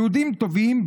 יהודים טובים,